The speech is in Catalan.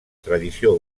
tradició